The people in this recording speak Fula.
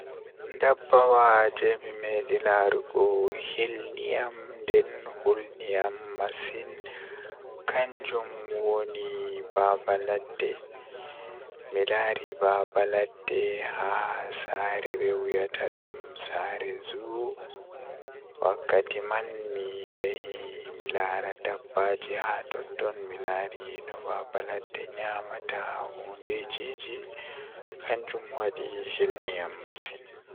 Ndabbawa jei mi meeɗi laarugo jei hilni am nden hulni am masin kannjum woni Baaba ladde Ko buggol baɗte ɗum e wi'a heɓɓe njamdi, ɗum ɓurndu ngona mi waawataa. Mi waɗii njogii ngam heɓaade tewti e ɗum woni maye nder rewbeewal goɗɗum. Ko lanɗe kala ndiyam miɓe njogii wuro faamaade ɓurnde ngal.